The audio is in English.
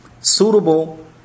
suitable